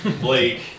Blake